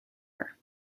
her